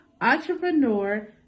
entrepreneur